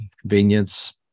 convenience